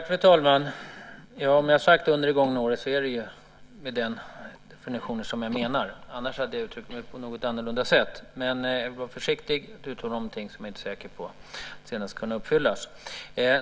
Fru talman! Om jag uttalat mig om detta under det gångna året, är det den funktionen som jag menar. Annars hade jag uttryckt mig på ett något annorlunda sätt. Men jag vill vara försiktig med att uttala någonting som jag inte är säker på att sedan kunna uppfylla.